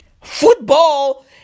Football